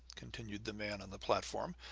continued the man on the platform,